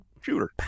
Shooter